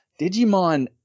Digimon